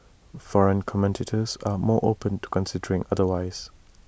foreign commentators are more open to considering otherwise